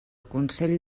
consell